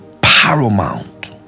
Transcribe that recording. paramount